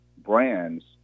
brands